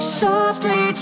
softly